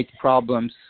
problems